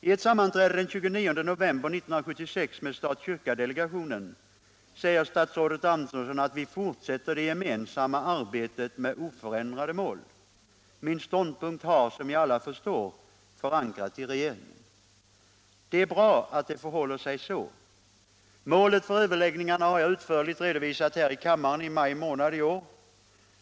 I ett sammanträde den 29 november 1976 med stat-kyrka-delegationen säger statsrådet Antonsson att vi ”fortsätter det gemensamma arbetet med oförändrade mål. Min ståndpunkt har jag, som alla förstår, förankrat i regeringen”. Det är bra att det förhåller sig så. Målet för överläggningarna har jag utförligt redovisat här i kammaren i maj månad i år.